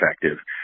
effective